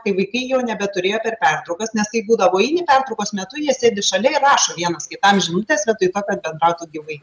kai vaikai jo nebeturėjo per pertraukas nes tai būdavo eini pertraukos metu jie sėdi šalia ir rašo vienas kitam žinutes vietoj to kad bendrautų gyvai